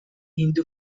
hindu